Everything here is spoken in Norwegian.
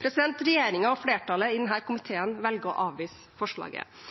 Regjeringen og flertallet i denne komiteen velger å avvise forslaget.